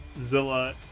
Zilla